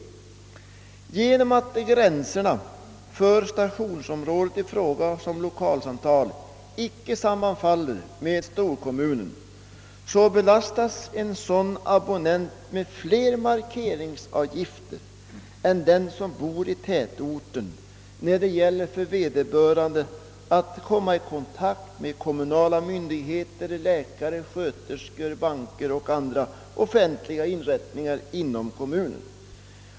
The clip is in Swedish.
Genom att gränserna för stationsområdet inte sammanfaller med storkommunernas, belastas abonnenten där med flera markeringsavgifter än den abonnent som bor i tätorten, när det gäller för vederbörande att komma i kontakt med kommunala myndigheter, läkare, sjuksköterskor och banker eller andra offentliga inrättningar inom kommunen.